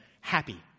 happy